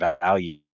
value